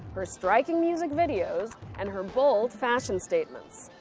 her striking music videos and her bold fashion statements.